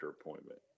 appointment